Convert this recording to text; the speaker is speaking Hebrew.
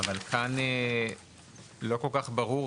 אבל כאן לא כל-כך ברור.